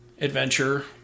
adventure